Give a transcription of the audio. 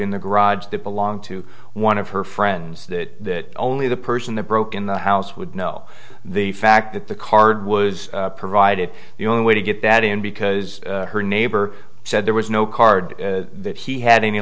in the garage that belonged to one of her friends that only the person that broke in the house would know the fact that the card was provided the only way to get that in because her neighbor said there was no card that he had any